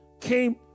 came